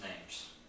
names